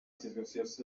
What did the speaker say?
gats